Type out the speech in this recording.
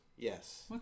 Yes